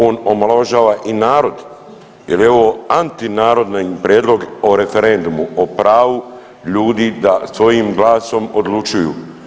On omalovažava i narod jer je ovo antinarodni prijedlog o referendumu, o pravu ljudi da svojim glasom odlučuju.